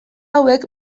hauek